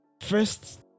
first